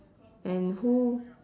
and who